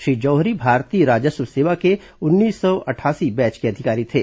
श्री जौहरी भारतीय राजस्व सेवा के उन्नीस सौ अठासी बैच के अधिकारी थे